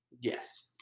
Yes